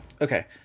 Okay